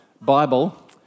Bible